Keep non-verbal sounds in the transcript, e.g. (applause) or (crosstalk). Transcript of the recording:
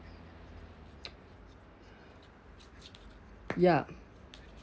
(noise) ya